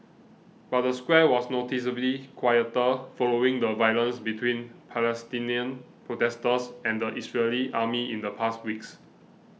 but the square was noticeably quieter following the violence between Palestinian protesters and the Israeli army in the past weeks